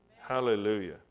Hallelujah